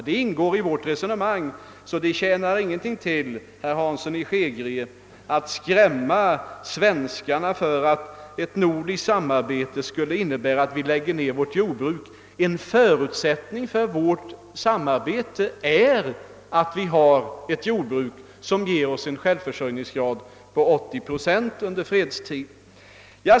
Det ingår i vårt resonemang, så det tjänar ingenting till, herr Hansson i Skegrie, att skrämma svenskarna med att ett nordiskt samarbete skulle innebära att vi lägger ned vårt jordbruk. En förutsättning för vårt samarbete är att Sverige skall ha ett jordbruk som ger oss en självförsörjningsgrad på 80 procent under fredstid.